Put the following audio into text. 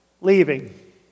leaving